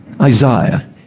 Isaiah